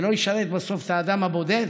ולא ישרת בסוף את האדם הבודד